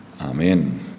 Amen